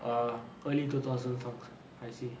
err early two thousand songs I see